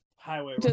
highway